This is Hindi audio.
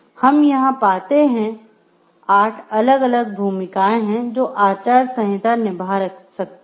हम यहां पाते हैं 8 अलग अलग भूमिकाएं हैं जो आचार संहिता निभा सकती हैं